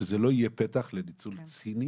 שזה לא יהיה פתח לניצול ציני